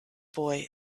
boy